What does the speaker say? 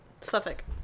Suffolk